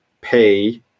pay